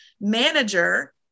manager